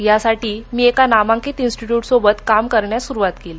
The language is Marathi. यासाठी मी एका नामांकीत इन्स्टीट्यूट सोबत काम करायला सुरुवात केली